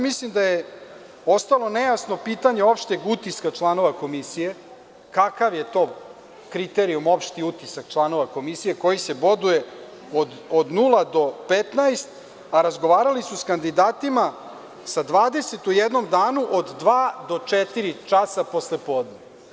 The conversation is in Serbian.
Mislim da je ostalo nejasno pitanje opšteg utiska članova komisije, kakav je to kriterijum opšti utisak članova komisije koji se boduje od 0 do 15, a razgovarali su sa kandidatima, sa 20 u jednom danu od dva do četiri časa poslepodne?